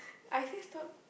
I say stop